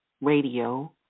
Radio